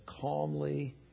calmly